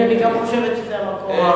גם אני חושבת שזה המקום.